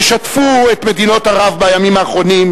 ששטפו את מדינות ערב בימים האחרונים,